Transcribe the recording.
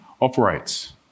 operates